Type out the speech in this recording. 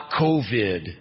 COVID